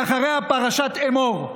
ואחריה פרשת אמור.